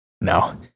no